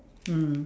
mm